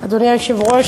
אדוני היושב-ראש,